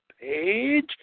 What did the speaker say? page